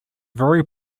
very